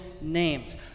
names